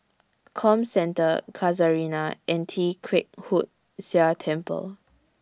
Comcentre Casuarina and Tee Kwee Hood Sia Temple